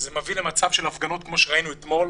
זה יביא למצב של הפגנות כמו שראינו אתמול.